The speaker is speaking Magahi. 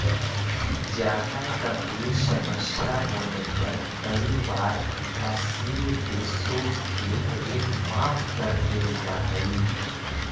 जादा गंभीर समस्या होने पर कई बार विकासशील देशों के ऋण माफ कर देल जा हई